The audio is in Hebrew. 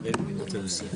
שנקב בהודעתו זה בסעיף.